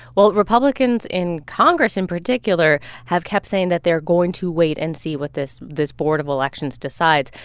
well, republicans in congress in particular have kept saying that they're going to wait and see what this this board of elections decides.